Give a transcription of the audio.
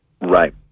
Right